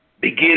Begin